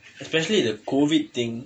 especially the COVID thing